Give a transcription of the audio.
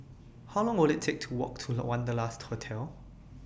How Long Will IT Take to Walk to Wanderlust Hotel